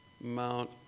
Mount